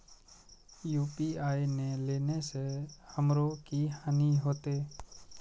UPI ने लेने से हमरो की हानि होते?